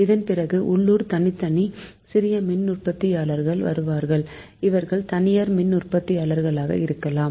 இதன் பிறகு உள்ளூர் தனித்தனி சிறிய மின்னுற்பத்தியாளர்கள் வருவார்கள் இவர்கள் தனியார் மின்னுற்பத்தியாளர்களாகவும் இருக்கலாம்